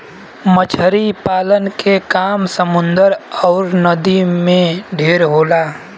मछरी पालन के काम समुन्दर अउर नदी में ढेर होला